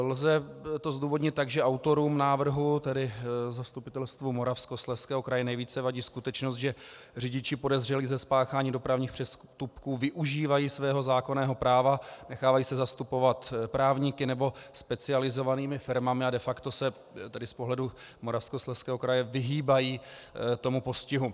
Lze to zdůvodnit tak, že autorům návrhu, tedy Zastupitelstvu Moravskoslezského kraje, nejvíce vadí skutečnost, že řidiči podezřelí ze spáchání dopravních přestupků využívají svého zákonného práva, nechávají se zastupovat právníky nebo specializovanými firmami a de facto se tedy z pohledu Moravskoslezského kraje vyhýbají tomu postihu.